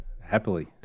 Happily